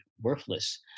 worthless